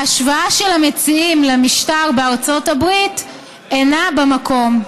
ההשוואה של המציעים למשטר בארצות הברית אינה במקום.